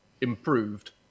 improved